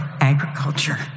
agriculture